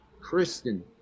kristen